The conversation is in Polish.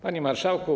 Panie Marszałku!